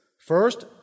First